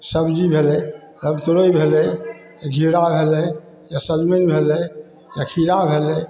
सब्जी भेलै रामतोरै भेलै घिउरा भेलै या सजमनि भेलै या खीरा भेलै